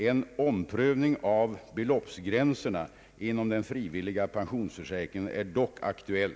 En omprövning av beloppsgränserna inom den frivilliga pensionsförsäkringen är dock aktuell.